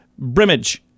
Brimage